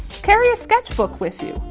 carry a sketchbook with you.